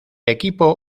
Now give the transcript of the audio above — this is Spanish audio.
equipo